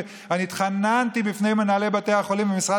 אני התחננתי בפני מנהלי בתי החולים ומשרד